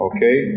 Okay